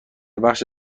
بخش